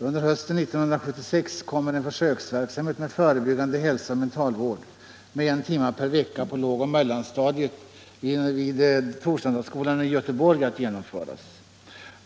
Under hösten 1976 kommer en försöksverksamhet med förebyggande hälsooch mentalvård med en timme per vecka på lågoch mellanstadiet vid Torslandaskolan i Göteborg att genomföras.